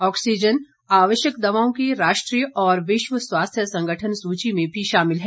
oxygen आवश्यक दवाओं की राष्ट्रीय और विश्व स्वास्थ्य संगठन सूची में भी शामिल है